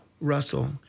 Russell